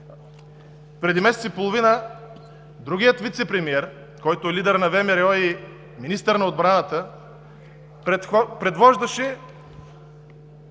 преди месец и половина другият вицепремиер, който е лидер на ВМРО и министър на отбраната, предвождаше